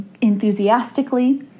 enthusiastically